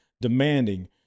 demanding